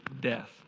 death